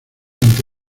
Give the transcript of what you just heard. ante